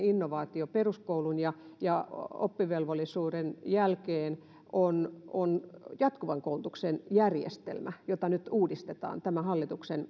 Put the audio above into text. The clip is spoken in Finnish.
innovaatio peruskoulun ja ja oppivelvollisuuden jälkeen on on jatkuvan koulutuksen järjestelmä jota nyt uudistetaan tämän